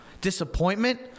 Disappointment